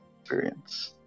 experience